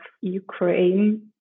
Ukraine